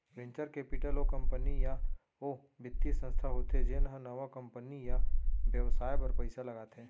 venture capital ओ company या ओ बित्तीय संस्था होथे जेन ह नवा कंपनी या बेवसाय बर पइसा लगाथे